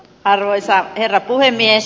arvoisa herra puhemies